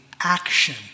action